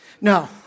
No